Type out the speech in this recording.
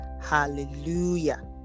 Hallelujah